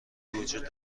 وجود